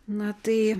na tai